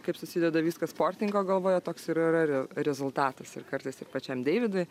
kaip susideda viskas sportininko galvoje toks ir yra re rezultatas ir kartais ir pačiam deividui